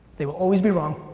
they will always be wrong.